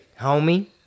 homie